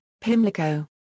Pimlico